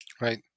Right